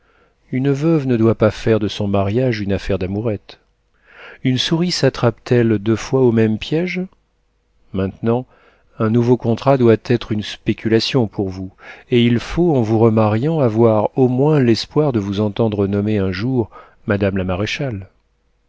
une veuve ne doit pas faire de son mariage une affaire d'amourette une souris sattrape t elle deux fois au même piége maintenant un nouveau contrat doit être une spéculation pour vous et il faut en vous remariant avoir au moins l'espoir de vous entendre nommer un jour madame la maréchale